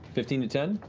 fifteen to ten?